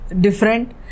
different